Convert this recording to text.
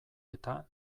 eta